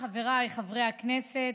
חבריי חברי הכנסת,